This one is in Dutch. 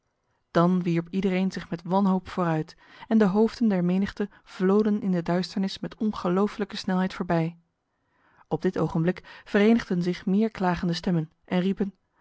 dan wierp iedereen zich met wanhoop vooruit en de hoofden der menigte vloden in de duisternis met ongelooflijke snelheid voorbij op dit ogenblik verenigden zich meer klagende stemmen en riepen